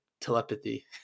telepathy